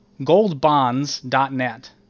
goldbonds.net